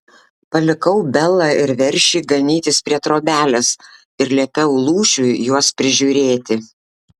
palikau belą ir veršį ganytis prie trobelės ir liepiau lūšiui juos prižiūrėti